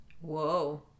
Whoa